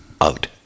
out